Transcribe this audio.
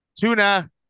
Tuna